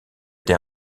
été